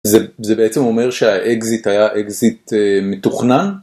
זה בעצם אומר שהאקזיט היה אקזיט מתוכנן?